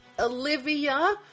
olivia